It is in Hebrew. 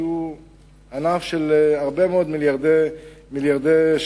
שהוא ענף של הרבה מאוד מיליארדי שקלים,